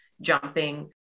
jumping